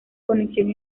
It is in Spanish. conexión